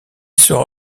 sera